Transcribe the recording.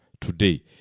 today